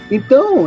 Então